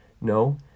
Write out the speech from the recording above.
No